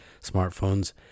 smartphones